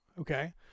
okay